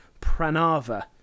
Pranava